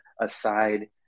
aside